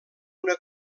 una